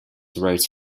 wrote